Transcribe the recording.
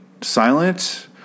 silent